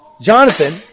Jonathan